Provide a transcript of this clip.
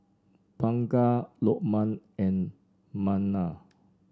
Bunga Lokman and Munah